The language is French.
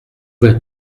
vas